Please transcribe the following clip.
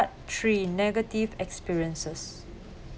three negative experiences